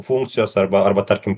funkcijos arba arba tarkim